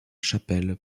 chapelle